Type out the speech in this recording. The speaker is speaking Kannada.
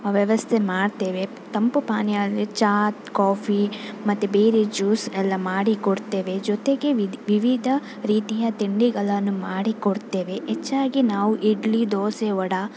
ವ್ಯವಸ್ಥೆ ಮಾಡ್ತೇವೆ ತಂಪು ಪಾನೀಯ ಅಂದರೆ ಚಾ ಕಾಫಿ ಮತ್ತು ಬೇರೆ ಜ್ಯೂಸ್ ಎಲ್ಲ ಮಾಡಿಕೊಡ್ತೇವೆ ಜೊತೆಗೆ ವಿದಿ ವಿವಿಧ ರೀತಿಯ ತಿಂಡಿಗಳನ್ನು ಮಾಡಿಕೊಡ್ತೇವೆ ಹೆಚ್ಚಾಗಿ ನಾವು ಇಡ್ಲಿ ದೋಸೆ ವಡೆ